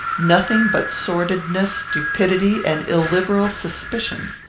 nothing but sordidness, stupidity, and illiberal suspicion.